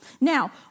Now